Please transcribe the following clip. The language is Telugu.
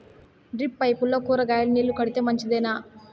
డ్రిప్ పైపుల్లో కూరగాయలు నీళ్లు కడితే మంచిదేనా?